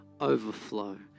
overflow